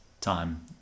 time